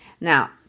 Now